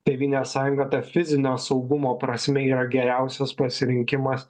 tėvynės sąjunga ta fizinio saugumo prasme yra geriausias pasirinkimas